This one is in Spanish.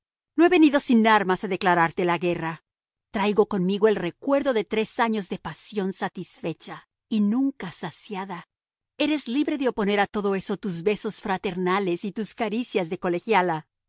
no he venido sin armas a declararte la guerra traigo conmigo el recuerdo de tres años de pasión satisfecha y nunca saciada eres libre de oponer a todo eso tus besos fraternales y tus caricias de colegiala